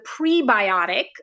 prebiotic